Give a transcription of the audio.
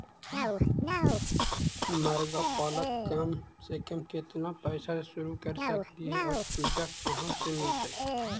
मरगा पालन कम से कम केतना पैसा में शुरू कर सकली हे और चुजा कहा से मिलतै?